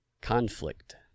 conflict